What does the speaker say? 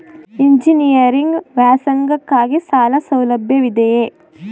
Engineering ವ್ಯಾಸಂಗಕ್ಕಾಗಿ ಸಾಲ ಸೌಲಭ್ಯವಿದೆಯೇ?